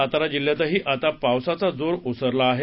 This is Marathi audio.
सातारा जिल्ह्यातही आता पावसाचा जोर ओसरला आहे